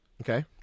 Okay